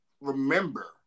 remember